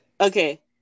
Okay